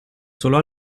solo